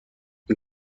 این